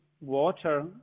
water